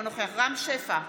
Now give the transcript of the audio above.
אינו נוכח רם שפע,